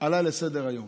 עלה לסדר-היום.